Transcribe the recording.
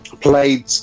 Played